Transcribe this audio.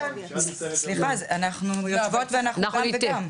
סליחה, אנחנו יושבות ואנחנו גם וגם.